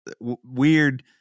weird